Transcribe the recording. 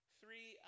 three